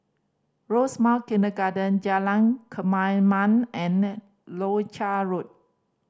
Rosemount Kindergarten Jalan Kemaman and Leuchar Road